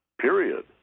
period